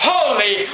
Holy